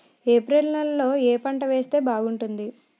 April నెలలో ఏ పంట వేస్తే బాగుంటుంది?